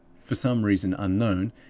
for some reason unknown,